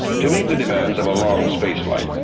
to meet the demands of a long spaceflight,